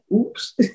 oops